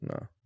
No